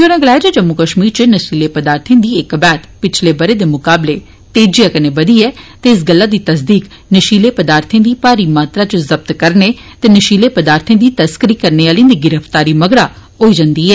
उनें गलाया जे जम्मू कश्मीर च नशीलें पदार्थें दी एह् कबेत पिच्छले ब'रे दे मुकाबले तेजिया कन्नै बघी ऐ ते इस गल्लै दी तसदीक नशीलें पदार्थें गी मारी मात्रा च जब्त करने ते नशीलें पदार्थे दी तस्करी करने आह्ले दी गिरफ्तारी मगरा होई जंदी ऐ